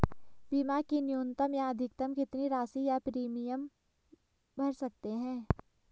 बीमा की न्यूनतम या अधिकतम कितनी राशि या प्रीमियम भर सकते हैं?